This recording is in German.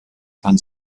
kann